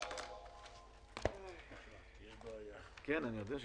הישיבה ננעלה בשעה 10:50.